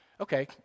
okay